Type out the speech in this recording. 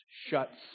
shuts